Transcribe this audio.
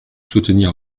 soutenir